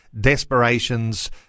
desperations